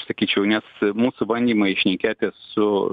sakyčiau nes mūsų bandymai šnekėti su